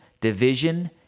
division